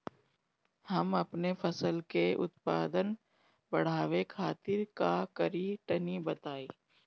हम अपने फसल के उत्पादन बड़ावे खातिर का करी टनी बताई?